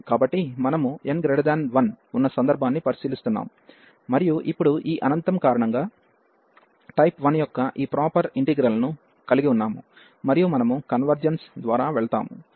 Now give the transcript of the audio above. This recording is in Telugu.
కాబట్టి మనము n1వున్న సందర్భాన్ని పరిశీలిస్తున్నాము మరియు ఇప్పుడు ఈ అనంతం కారణంగా టైప్ 1 యొక్క ఈ ప్రాపర్ ఇంటిగ్రల్ ను కలిగి ఉన్నాము మరియు మనము కన్వెర్జెన్స్ ద్వారా వెళ్తాము